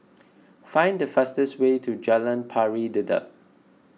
find the fastest way to Jalan Pari Dedap